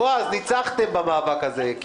בועז, ניצחתם במאבק הזה.